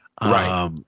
Right